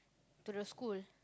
to the school